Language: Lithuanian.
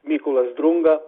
mykolas drunga